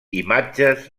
imatges